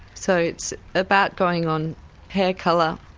so it's about going on hair colour,